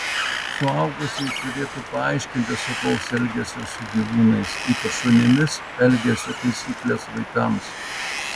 suaugusieji turėtų paaiškinti saugaus elgesio su gyvūnais ypač šunimis elgesio taisykles vaikams